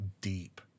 deep